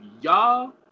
y'all